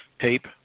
tape